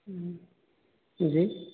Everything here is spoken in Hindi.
जी